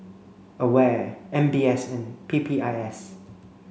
AWARE M B S and P P I S